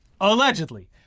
allegedly